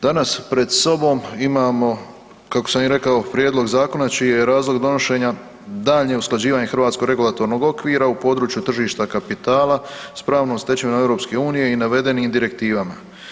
Danas pred sobom imamo kako sam i rekao, prijedlog zakona čiji je razlog donošenja daljnje usklađivanje hrvatskog regulatornog okvira u području tržišta kapitala s pravnom stečevinom EU i navedenim direktivama.